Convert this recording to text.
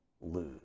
lose